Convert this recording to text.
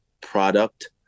product